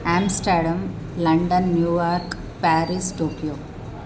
Amsterdam London New York Paris Tokyo